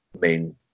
main